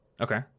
Okay